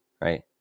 right